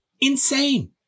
insane